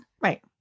Right